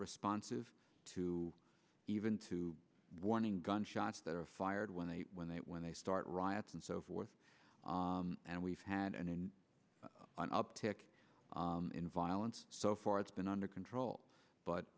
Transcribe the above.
responsive to even two warning gunshots that are fired when they when they when they start riots and so forth and we've had an in an uptick in violence so far it's been under control but